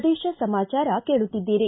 ಪ್ರದೇಶ ಸಮಾಚಾರ ಕೇಳುತ್ತಿದ್ದೀರಿ